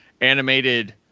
animated